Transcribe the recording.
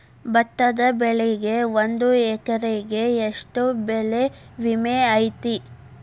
ಭತ್ತದ ಬೆಳಿಗೆ ಒಂದು ಎಕರೆಗೆ ಎಷ್ಟ ಬೆಳೆ ವಿಮೆ ಐತಿ?